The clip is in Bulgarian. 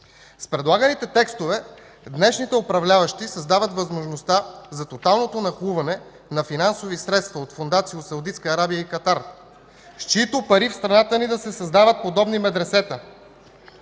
С предлаганите текстове днешните управляващи създават възможността за тоталното нахлуване на финансови средства от фондации от Саудитска Арабия и Катар, с чиито пари в страната ни да се създават подобни медресета,